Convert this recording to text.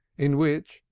in which,